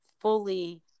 fully